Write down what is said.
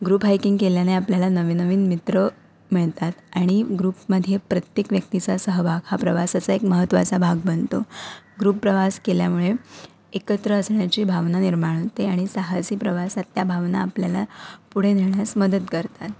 group hiking केल्याने आपल्याला नवीनवीन मित्र मिळतात आणि ग्रुपमध्ये प्रत्येक व्यक्तीचा सहभाग हा प्रवासाचा एक महत्त्वाचा भाग बनतो ग्रुप प्रवास केल्यामुळे एकत्र असण्याची भावना निर्माण होते आणि साहसी प्रवासात त्या भावना आपल्याला पुढे नेण्यास मदत करतात